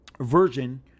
version